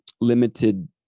limited